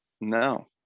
No